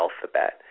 alphabet